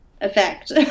effect